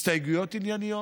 הסתייגויות ענייניות,